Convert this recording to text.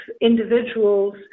individuals